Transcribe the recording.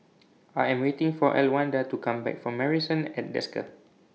I Am waiting For Elwanda to Come Back from Marrison At Desker